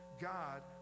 God